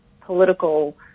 political